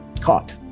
caught